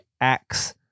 acts